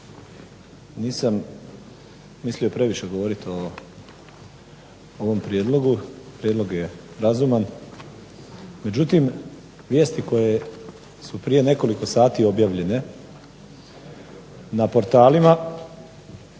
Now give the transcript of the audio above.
nisam mislio previše govoriti o ovom prijedlogu, prijedlog je razuman, međutim vijesti koje su prije nekoliko sati objavljene na portalima